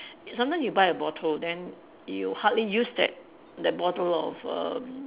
sometimes you buy a bottle then you hardly use that that bottle of err